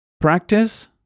practice